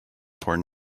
porn